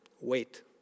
Wait